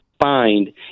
find